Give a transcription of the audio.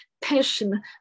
passion